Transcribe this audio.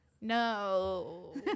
No